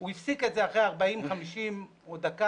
הוא הפסיק את זה אחרי 40-50 שניות או דקה,